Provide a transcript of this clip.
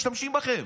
משתמשים בכם.